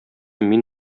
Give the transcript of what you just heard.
мин